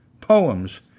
Poems